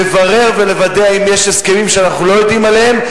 לברר ולוודא אם יש הסכמים שאנחנו לא יודעים עליהם,